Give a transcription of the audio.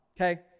Okay